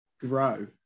grow